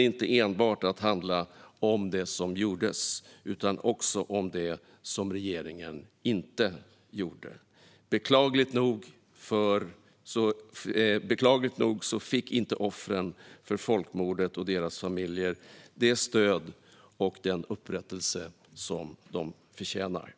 inte enbart att handla om det som gjordes utan också om det som regeringen inte gjorde. Beklagligt nog fick inte offren för folkmordet och deras familjer det stöd och den upprättelse som de förtjänar.